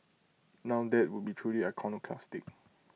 now that would be truly iconoclastic